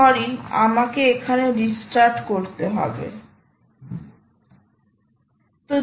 sorry আমাকে এখানে restart করতে হতো